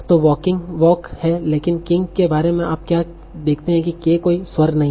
तो walking walk है लेकिन king के बारे में आप क्या देखते हैं कि 'k' कोई स्वर नहीं है